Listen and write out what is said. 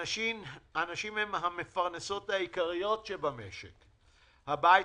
הנשים הן המפרנסות העיקריות במשק הבית.